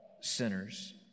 sinners